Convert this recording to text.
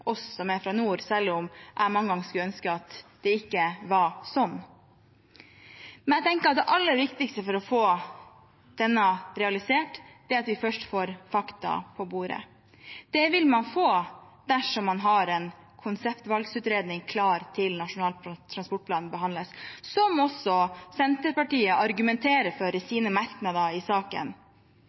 fra nord, selv om jeg mange ganger skulle ønske at det ikke var sånn. Jeg tenker at det aller viktigste for å få dette realisert er at vi først får fakta på bordet. Det vil man få dersom man har en konseptvalgutredning klar til Nasjonal transportplan skal behandles, noe også Senterpartiet argumenterer for i sine merknader i saken.